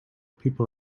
people